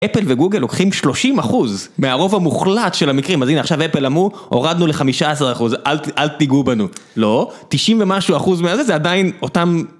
אפל וגוגל לוקחים 30% מהרוב המוחלט של המקרים, אז הנה עכשיו אפל אמרו, הורדנו ל-15%, אל תיגעו בנו, לא. 90 ומשהו אחוז מזה זה עדיין אותם...